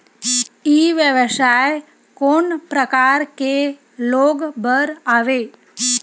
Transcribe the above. ई व्यवसाय कोन प्रकार के लोग बर आवे?